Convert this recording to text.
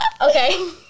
Okay